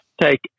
take